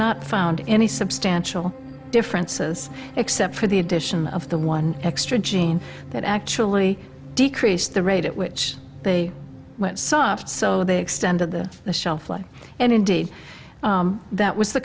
not found any substantial differences except for the addition of the one extra gene that actually decreased the rate at which they went soft so they extended the the shelf life and indeed that was the